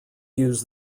use